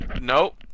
Nope